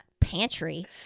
pantry